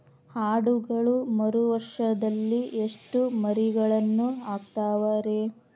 ಆಡುಗಳು ವರುಷದಲ್ಲಿ ಎಷ್ಟು ಮರಿಗಳನ್ನು ಹಾಕ್ತಾವ ರೇ?